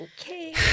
okay